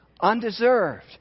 undeserved